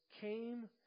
came